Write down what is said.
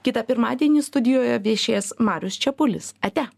kitą pirmadienį studijoje viešės marius čepulis atia